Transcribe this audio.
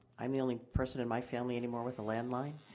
i'm the only person in my family anymore with a landline,